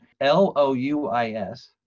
l-o-u-i-s